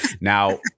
Now